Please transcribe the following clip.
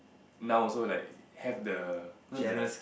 now also like have the know the